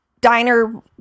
diner